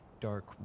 dark